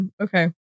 Okay